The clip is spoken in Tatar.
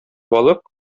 алып